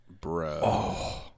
bro